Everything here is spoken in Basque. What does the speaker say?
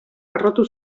harrotu